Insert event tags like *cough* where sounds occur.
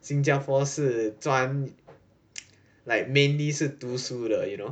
新加坡是专 *noise* like mainly 是读书的 you know